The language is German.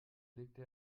legte